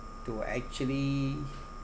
to actually